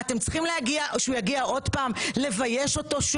אתם צריכים שהוא יגיע עוד פעם ושוב לבייש אותו?